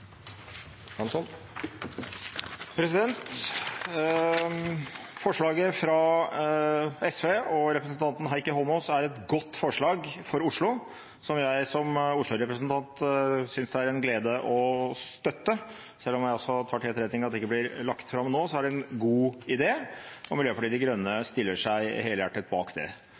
et godt forslag for Oslo, som jeg som Oslo-representant synes det er en glede å støtte. Selv om jeg tar til etterretning at det ikke blir lagt fram nå, er det en god idé, og Miljøpartiet De Grønne stiller seg helhjertet bak det.